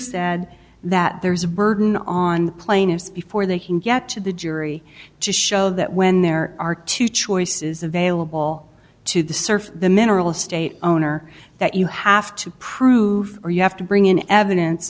said that there's a burden on the plaintiffs before they can get to the jury to show that when there are two choices available to the surf the mineral estate owner that you have to prove or you have to bring in evidence